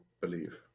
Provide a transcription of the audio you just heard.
believe